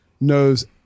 knows